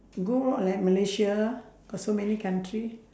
go like malaysia got so many country